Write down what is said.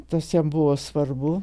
tas jam buvo svarbu